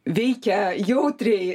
veikia jautriai